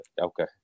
Okay